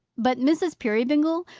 but, mrs. peerybingle,